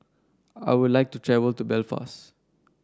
I would like to travel to Belfast